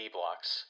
Blocks